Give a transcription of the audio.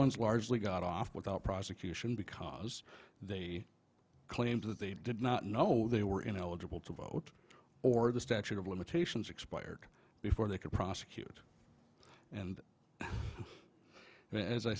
ones largely got off without prosecution because they claimed that they did not know they were ineligible to vote or the statute of limitations expired before they could prosecute and as i